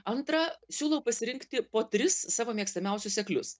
antra siūlau pasirinkti po tris savo mėgstamiausius seklius